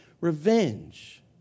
revenge